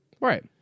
right